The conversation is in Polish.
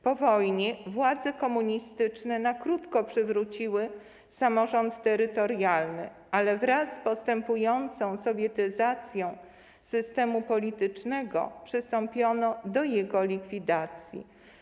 Po wojnie władze komunistyczne na krótko przywróciły samorząd terytorialny, ale wraz z postępującą sowietyzacją systemu politycznego przystąpiono do jego likwidacji.